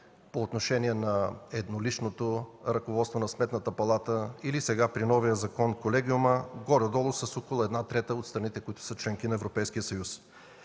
към този вид – с еднолично ръководство на Сметната палата, или сега, при новия закон, с колегиум. Горе-долу една трета от страните, които са членки на Европейския съюз,